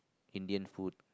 Indian food